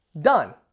Done